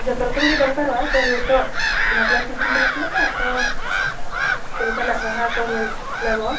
ᱡᱚᱛᱚ ᱨᱚᱠᱚᱢ ᱜᱮ ᱫᱚᱨᱠᱟᱨᱚᱜᱼᱟ ᱛᱳ ᱱᱤᱛᱳᱜ ᱵᱟᱯᱞᱟ ᱥᱤᱡᱤᱱ ᱪᱟᱞᱟᱜ ᱠᱟᱱᱟ ᱛᱳ ᱟᱫᱚ ᱪᱮᱫ ᱞᱮᱠᱟᱱᱟᱜ ᱵᱟᱦᱟ ᱠᱚ ᱧᱟᱢᱚᱜᱼᱟ